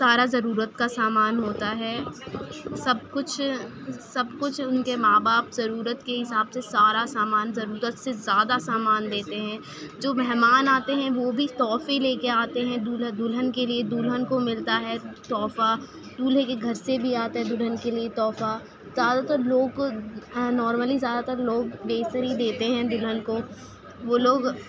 سارا ضرورت کا سامان ہوتا ہے سب کچھ سب کچھ ان کے ماں باپ ضرورت کے حساب سے سارا سامان ضرورت سے زیادہ سامان دیتے ہیں جو مہمان آتے ہیں وہ بھی تحفے لے کے آتے ہیں دولہا دولہن کے لیے دولہن کو ملتا ہے تحفہ دولہے کے گھر سے بھی آتا ہے دولہن کے لیے تحفہ زیادہ تر لوگ نارملی زیادہ تر لوگ بیسر ہی دیتے ہیں دلہن کو وہ لوگ